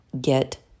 Get